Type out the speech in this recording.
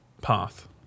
path